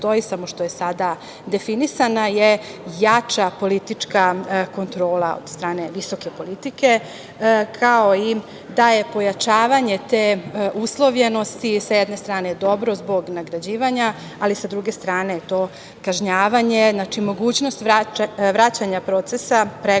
samo što je sada definisana, je jača politička kontrola od strane visoke politike, kao i da je pojačavanje te uslovljenosti sa jedne strane dobro zbog nagrađivanja, ali sa druge strane je to kažnjavanje, znači mogućnost vraćanja procesa pregovora